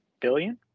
billion